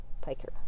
Piker